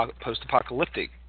post-apocalyptic